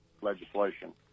legislation